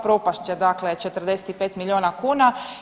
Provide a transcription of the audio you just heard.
Propast će dakle 45 milijuna kuna.